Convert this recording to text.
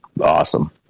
awesome